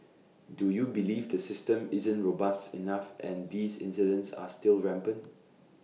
do you believe the system isn't robust enough and these incidents are still rampant